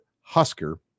Husker